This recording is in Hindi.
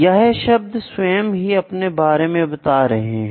यह शब्द स्वयं ही अपने बारे में बता रहे हैं